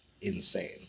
insane